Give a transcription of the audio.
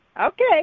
Okay